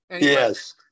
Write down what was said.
Yes